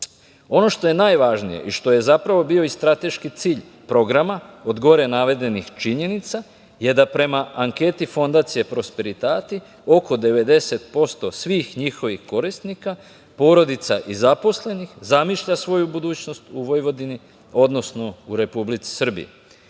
što je najvažnije i što je zapravo bio i strateški cilj programa od gore navedenih činjenica je da prema anketi Fondacija „Prosperitati“ oko 90% svih njihovih korisnika, porodica i zaposlenih zamišlja svoju budućnost u Vojvodini, odnosno u Republici Srbiji. Da